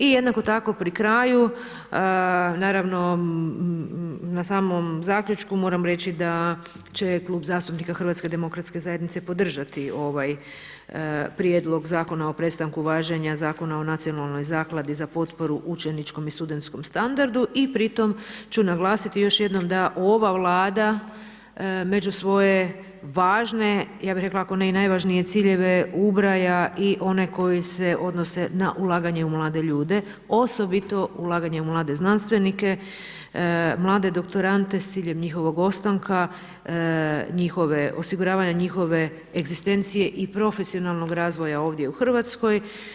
I jednako tako pri kraju, naravno na samom zaključku moram reći da će Klub zastupnika HDZ-a podržati ovaj Prijedlog zakona o prestanku važenja Zakona o Nacionalnoj zakladi za potporu učeničkom i studentskom standardu i pritom ću naglasiti još jednom da ova Vlada među svoje važne, ja bih rekla ako ne i najvažnije ciljeve, ubraja i one koji se odnose na ulaganje u mlade ljude osobito ulaganje u mlade znanstvenike, mlade doktorante s ciljem njihovog ostanke, osiguravanja njihove egzistencije i profesionalnog razvoja ovdje u Hrvatskoj.